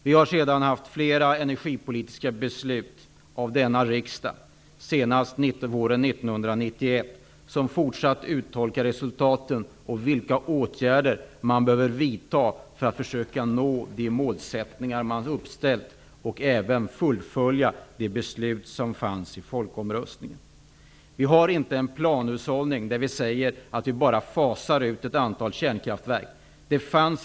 Vi har sedan haft flera energipolitiska beslut i denna riksdag, senast våren 1991, som har fortsatt att uttolka resultaten och som har gällt vilka åtgärder man behöver vidta för att försöka nå de mål man har ställt upp och för att fullfölja beslutet i folkomröstningen. Vi har inte en planhushållning där vi säger att vi bara skall fasa ut ett antal kärnkraftverk.